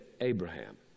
Abraham